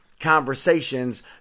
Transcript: conversations